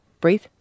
Breathe